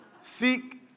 Seek